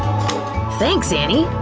thanks, annie!